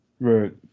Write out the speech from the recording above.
Right